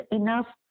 enough